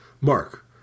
Mark